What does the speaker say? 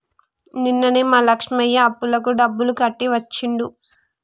నిన్ననే మా లక్ష్మయ్య అప్పులకు డబ్బులు కట్టి వచ్చిండు